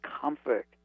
comfort